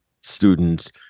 students